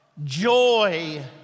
Joy